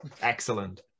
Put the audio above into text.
excellent